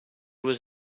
was